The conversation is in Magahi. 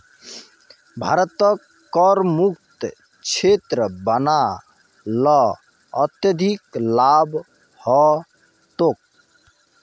भारतक करमुक्त क्षेत्र बना ल अत्यधिक लाभ ह तोक